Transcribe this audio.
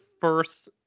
first